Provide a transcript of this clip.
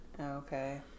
Okay